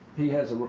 he has